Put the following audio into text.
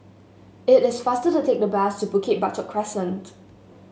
it is faster to take the bus to Bukit Batok Crescent